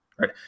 right